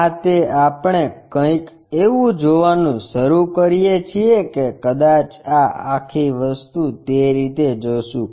આ તે આપણે કંઈક એવું જોવાનું શરૂ કરીએ છીએ કે કદાચ આ આખી વસ્તુ તે રીતે જોશું